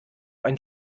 ein